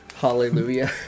Hallelujah